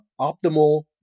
optimal